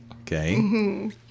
Okay